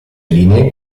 linee